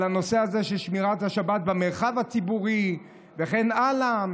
הנושא הזה של שמירת השבת במרחב הציבורי וכן הלאה,